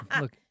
Look